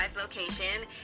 location